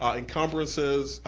ah encumbrances,